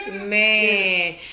Man